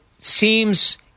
seems